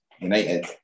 United